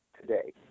today